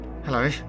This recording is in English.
Hello